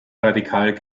radikal